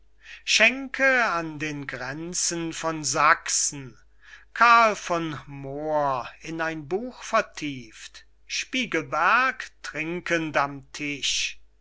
an den gränzen von sachsen karl von moor in ein buch vertieft spiegelberg trinkend am tisch